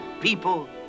people